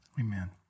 Amen